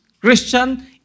Christian